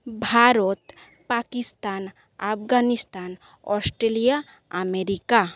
Bharat Pakistan Afghanistan Australia America